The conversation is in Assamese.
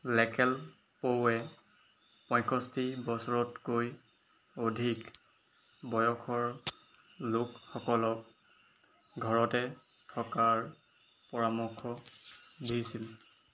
লেকেল পউৱে পয়ষষ্টি বছৰতকৈ অধিক বয়সৰ লোকসকলক ঘৰতে থকাৰ পৰামৰ্শ দিছিল